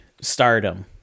stardom